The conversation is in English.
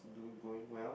doing going well